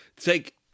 Take